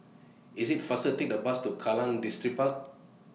IS IT faster to Take The Bus to Kallang Distripark